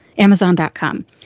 Amazon.com